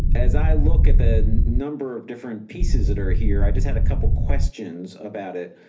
as i look at the number of different pieces that are here, i just had a couple questions about it.